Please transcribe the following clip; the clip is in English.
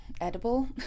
Edible